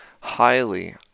highly